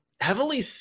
heavily